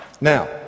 Now